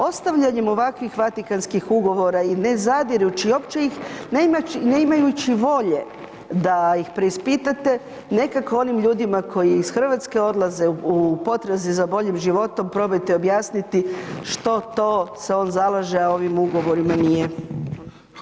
Ostavljanjem ovakvih Vatikanskih ugovora i ne zadirući, opće ih, ne imajući volje da ih preispitate, nekako onih ljudima koji iz Hrvatske odlaze u potrazi za boljim životom, probajte objasniti što to se on zalaže, a ovim ugovorima nije